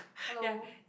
hello